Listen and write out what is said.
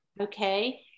okay